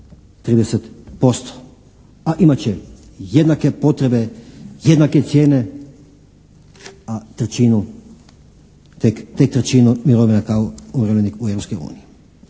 30%, a imat će jednake potrebe, jednake cijene, a trećinu, tek trećinu mirovina kao umirovljenik u